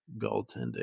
goaltending